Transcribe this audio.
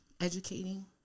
educating